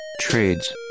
trades